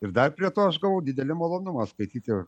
ir dar prie to aš gavau didelį malonumą skaityti